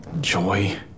Joy